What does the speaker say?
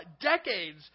decades